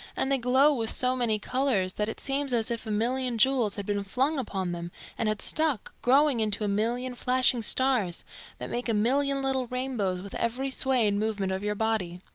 and they glow with so many colours that it seems as if a million jewels had been flung upon them and had stuck, growing into a million flashing stars that make a million little rainbows with every sway and movement of your body.